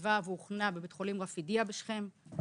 הורכבה והוכנה בבית חולים רפידיה בשכם,